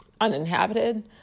uninhabited